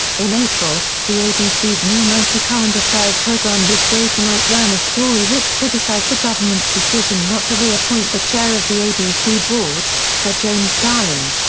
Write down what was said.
in april, the abc's new nightly current affairs program this day tonight ran a story which criticised the government's decision not to reappoint the chair of the abc board, sir james darling.